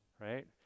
right